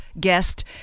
guest